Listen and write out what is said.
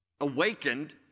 awakened